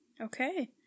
Okay